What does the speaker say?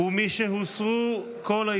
נא לספור את הקולות.